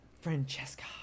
Francesca